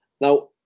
Now